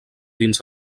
dins